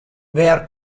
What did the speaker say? wêr